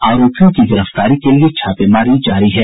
आरोपियों की गिरफ्तारी के लिए छापेमारी जारी है